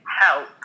help